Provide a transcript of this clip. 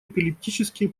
эпилептические